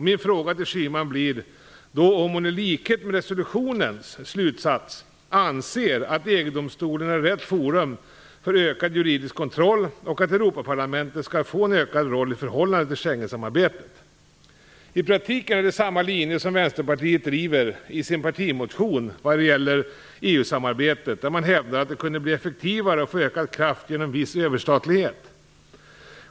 Min fråga till Schyman blir då om hon, i likhet med resolutionens slutsats, anser att EG-domstolen är rätt forum för ökad juridisk kontroll och att Europaparlamentet skall få en ökad roll i förhållande till Schengensamarbetet. I praktiken är det samma linje som Vänsterpartiet driver i sin partimotion vad gäller EU samarbetet, där man hävdar att det kunde bli effektivare och få ökad kraft genom viss överstatlighet.